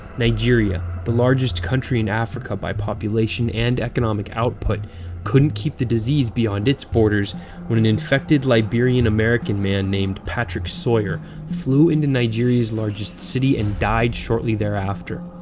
nigeria the largest country in africa by population and economic output couldn't keep the disease beyond its borders when an infected liberian-american named patrick sawyer flew into nigeria's largest city and died shortly thereafter.